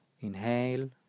inhale